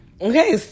Okay